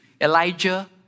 Elijah